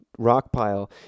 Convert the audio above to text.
Rockpile